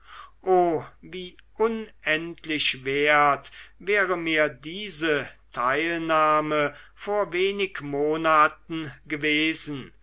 o wie unendlich wert wäre mir diese teilnahme vor wenig monaten gewesen